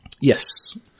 yes